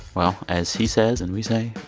well, as he says and we say,